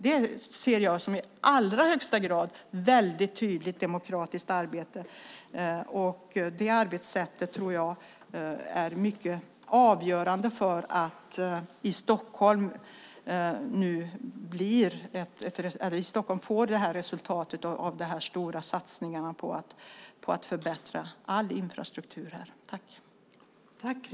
Det ser jag i allra högsta grad som ett tydligt demokratiskt arbete. Det arbetssättet är avgörande för att Stockholm får resultat av de här stora satsningarna på att förbättra all infrastruktur här.